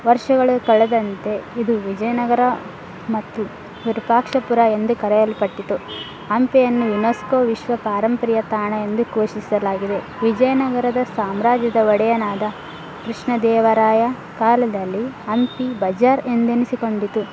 ವರ್ಷಗಳು ಕಳೆದಂತೆ ಇದು ವಿಜಯನಗರ ಮತ್ತು ವಿರುಪಾಕ್ಷಪುರ ಎಂದೇ ಕರೆಯಲ್ಪಟ್ಟಿತ್ತು ಹಂಪಿಯನ್ನು ಯುನೆಸ್ಕೋ ವಿಶ್ವ ಪಾರಂಪರಿಕ ತಾಣ ಎಂದು ಘೋಷಿಸಲಾಗಿದೆ ವಿಜಯನಗರದ ಸಾಮ್ರಾಜ್ಯದ ಒಡೆಯನಾದ ಕೃಷ್ಣದೇವರಾಯ ಕಾಲದಲ್ಲಿ ಹಂಪಿ ಬಜಾರ್ ಎಂದೆನಿಸಿಕೊಂಡಿತು